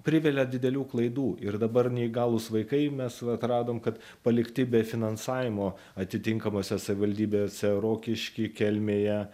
privelia didelių klaidų ir dabar neįgalūs vaikai mes atradom kad palikti be finansavimo atitinkamose savivaldybėse rokišky kelmėje